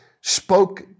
spoke